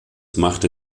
machte